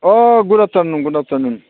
uh good afternoon good आफथारनुन